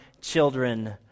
children